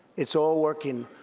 it's all working.